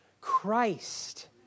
Christ